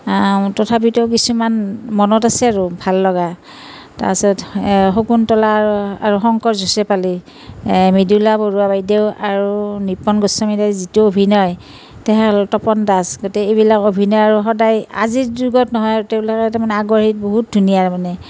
তথাপিতো কিছুমান মনত আছে আৰু ভাল লগা তাৰ পিছত শকুন্তলা আৰু শংকৰ যোচেফ আলি মৃদুলা বৰুৱা বাইদেউ আৰু নিপন গোস্বামী দাই যিটো অভিনয় তপন দাস গোটেই এইবিলাক অভিনয় আৰু সদায় আজিৰ যুগত নহয় তেওঁলোকে তাৰ মানে আগৰ হেৰিত বহুত ধুনীয়া মানে